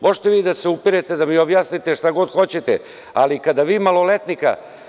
Možete vi da se upirete, da mi objasnite šta god hoćete, ali kada vi maloletnika…